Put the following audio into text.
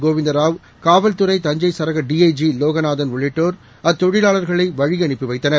கோவிந்த ராவ் காவல்துறை தஞ்சை சரக டிஜஜி லோகநாதன் உள்ளிட்டோர் அத்தொழிலாளர்களை வழியனுப்பி வைத்தனர்